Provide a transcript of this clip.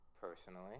personally